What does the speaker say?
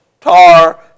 tar